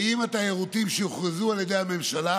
באיים התיירותיים שהוכרזו על ידי הממשלה